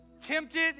tempted